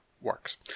works